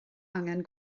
angen